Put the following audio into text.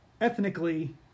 Ethnically